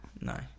No